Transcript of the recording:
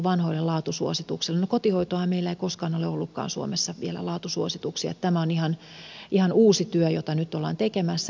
no kotihoitoonhan meillä ei koskaan ole ollutkaan suomessa vielä laatusuosituksia niin että tämä on ihan uusi työ jota nyt ollaan tekemässä uranuurtavaa työtä